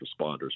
Responders